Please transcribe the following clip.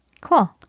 Cool